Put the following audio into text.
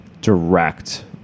direct